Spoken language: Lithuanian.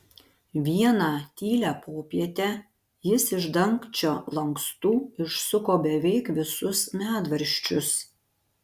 vieną tylią popietę jis iš dangčio lankstų išsuko beveik visus medvaržčius